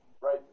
right